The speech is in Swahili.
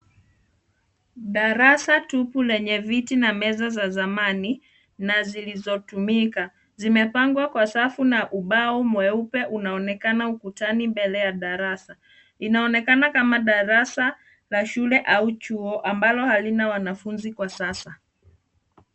Darasa tupu lenye viti na meza za zamani na zilizotumika. Zimepangwa kwa safu na ubao mweupe unaonekana ukutani mbele ya darasa. Inaonekana kama darasa la shule au chuo ambalo halina wanafunzi kwa sasa.